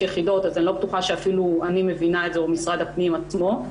בטוחה שאני מבינה אותה, או שמשרד הפנים עצמו מבין.